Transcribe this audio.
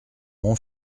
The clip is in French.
mon